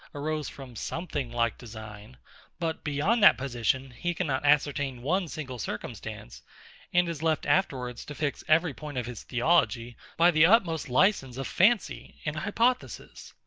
arose from something like design but beyond that position he cannot ascertain one single circumstance and is left afterwards to fix every point of his theology by the utmost license of fancy and hypothesis.